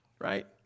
right